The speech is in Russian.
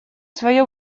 свое